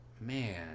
Man